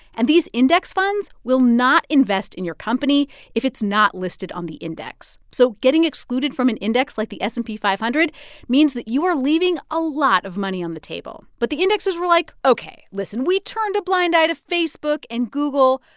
and these index funds will not invest in your company if it's not listed on the index. so getting excluded from an index like the s and p five hundred means that you are leaving a lot of money on the table but the indexes were like, ok. listen. we turned a blind eye to facebook and google.